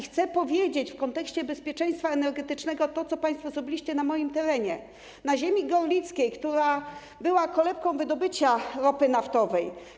Chcę powiedzieć, że w kontekście bezpieczeństwa energetycznego to, co państwo zrobiliście na moim terenie, ziemi gorlickiej, która była kolebką wydobycia ropy naftowej.